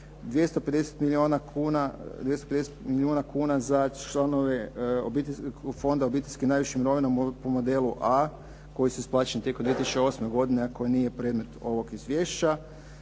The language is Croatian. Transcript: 250 milijuna kuna za članove Obiteljskog fonda obiteljske najviše mirovine po modelu A koji se isplaćuje tek u 2008. godini, a koji nije predmet ovog izvješća